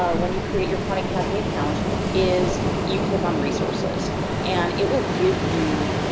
ah when you create your khan academy account is, you click on resources and it will give you.